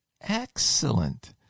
Excellent